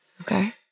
Okay